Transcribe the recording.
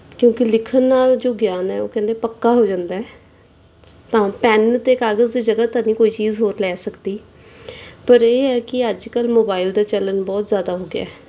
ਕਿਉਂਕਿ ਲਿਖਣ ਨਾਲ ਜੋ ਗਿਆਨ ਹੈ ਉਹ ਕਹਿੰਦੇ ਪੱਕਾ ਹੋ ਜਾਂਦਾ ਤਾਂ ਪੈਨ ਅਤੇ ਕਾਗਜ਼ ਦੀ ਜਗ੍ਹਾ ਤਾਂ ਨਹੀਂ ਕੋਈ ਚੀਜ਼ ਹੋਰ ਲੈ ਸਕਦੀ ਪਰ ਇਹ ਹੈ ਕਿ ਅੱਜ ਕੱਲ੍ਹ ਮੋਬਾਈਲ ਦਾ ਚਲਣ ਬਹੁਤ ਜ਼ਿਆਦਾ ਹੋ ਗਿਆ